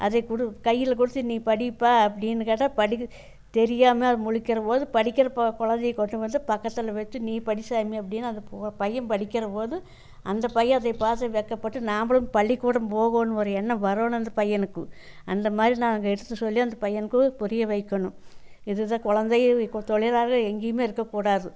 அதை கொடு கையில் கொடுத்து நீ படிப்பா அப்படினு கேட்டால் படிக்க தெரியாமல் முழிக்கிற போது படிக்கிறப்ப குழந்தைய கொண்டு வந்து பக்கத்தில் வைச்சு நீ படி சாமி அப்படினு அந்த பையன் படிக்கிற போது அந்த பையன் அதை பார்த்து வெக்கப்பட்டு நாம்மளும் பள்ளிக்கூடம் போகணும் ஒரு எண்ணம் வரணும் அந்த பையனுக்கு அந்த மாதிரி நாங்கள் எடுத்து சொல்லி அந்த பையனுக்கு புரிய வைக்கணும் இதுதான் குழந்தைகள் இப்போ தொழிலாளர்கள் எங்கேயுமே இருக்கக்கூடாது